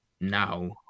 now